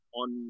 on